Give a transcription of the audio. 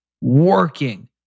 working